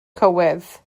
cywydd